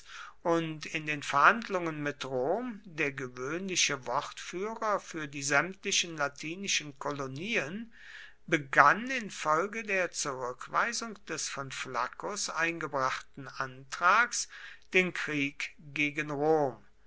und in den verhandlungen mit rom der gewöhnliche wortführer für die sämtlichen latinischen kolonien begann infolge der zurückweisung des von flaccus eingebrachten antrags den krieg gegen rom